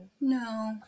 No